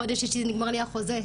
חודש שישי נגמר לי החוזה,